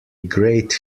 great